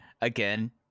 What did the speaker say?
again